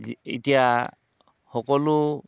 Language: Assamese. যি এতিয়া সকলো